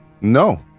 No